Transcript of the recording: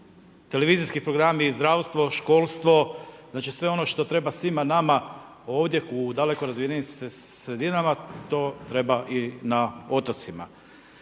televizijski programi, zdravstvo, školstvo, znači sve ono što treba svima nama ovdje u daleko razvijenijim sredinama, to treba i na otocima.